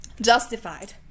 justified